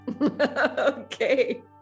Okay